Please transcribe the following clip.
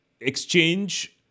exchange